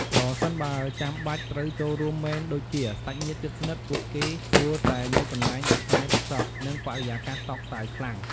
ប្រសិនបើចាំបាច់ត្រូវចូលរួមមែនដូចជា សាច់ញាតិជិតស្និទ្ធ ពួកគេគួរតែនៅកន្លែងដែលឆ្ងាយពីសព និងបរិយាកាសសោកសៅខ្លាំង។